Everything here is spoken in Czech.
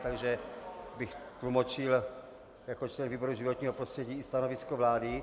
Takže bych tlumočil jako člen výboru životního prostředí i stanovisko vlády.